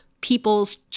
people's